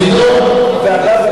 ואגב,